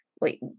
wait